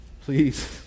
Please